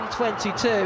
122